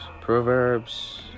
proverbs